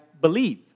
believe